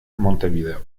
montevideo